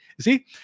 see